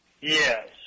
Yes